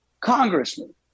congressman